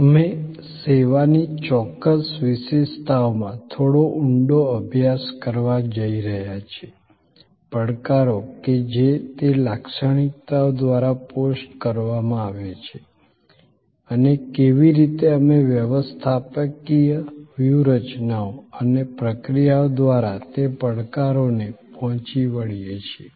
અમે સેવાની ચોક્કસ વિશેષતાઓમાં થોડો ઊંડો અભ્યાસ કરવા જઈ રહ્યા છીએ પડકારો કે જે તે લાક્ષણિકતાઓ દ્વારા પોસ્ટ કરવામાં આવે છે અને કેવી રીતે અમે વ્યવસ્થાપકીય વ્યૂહરચનાઓ અને પ્રક્રિયાઓ દ્વારા તે પડકારોને પહોંચી વળીએ છીએ